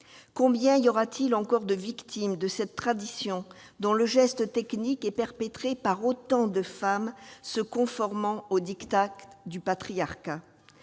Combien dénombrerons-nous encore de victimes de cette tradition, dont le geste technique est perpétré par autant de femmes se conformant au du patriarcat ?